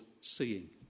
seeing